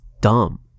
dumb